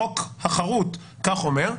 החוק החרות כך אומר.